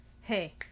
hey